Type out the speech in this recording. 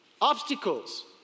Obstacles